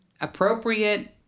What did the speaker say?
appropriate